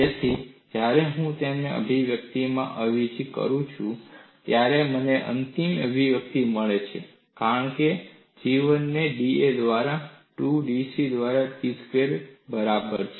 તેથી જ્યારે હું તેને આ અભિવ્યક્તિમાં અવેજી કરું છું ત્યારે મને અંતિમ અભિવ્યક્તિ મળે છે કારણ કે G1 ને da ના દ્વારા 2B dC દ્વારા P સ્ક્વેર્ બરાબર છે